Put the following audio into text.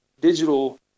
digital